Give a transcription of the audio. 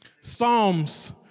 Psalms